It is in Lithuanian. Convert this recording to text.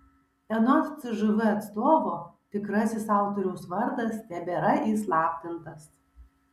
anot cžv atstovo tikrasis autoriaus vardas tebėra įslaptintas